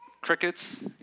crickets